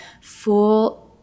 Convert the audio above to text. full